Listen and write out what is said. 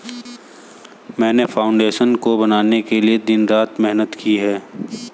मैंने फाउंडेशन को बनाने के लिए दिन रात मेहनत की है